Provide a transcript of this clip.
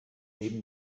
neben